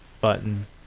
button